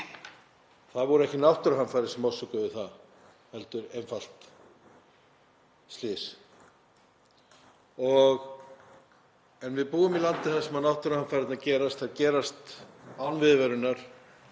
Það voru ekki náttúruhamfarir sem orsökuðu það heldur einfalt slys. En við búum í landi þar sem náttúruhamfarirnar gerast, þær gerast án viðvörunar.